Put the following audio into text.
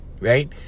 right